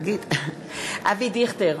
אבי דיכטר,